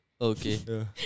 okay